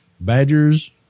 badgers